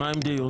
מה עם דיון?